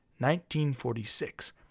1946